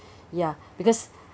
ya because